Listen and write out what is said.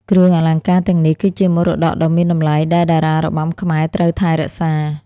គ្រឿងអលង្ការទាំងនេះគឺជាមរតកដ៏មានតម្លៃដែលតារារបាំខ្មែរត្រូវថែរក្សា។